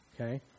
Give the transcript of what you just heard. Okay